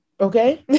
Okay